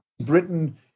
Britain